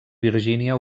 virgínia